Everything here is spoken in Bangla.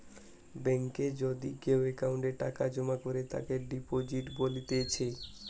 বেঙ্কে যদি কেও অ্যাকাউন্টে টাকা জমা করে তাকে ডিপোজিট বলতিছে